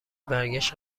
برگشت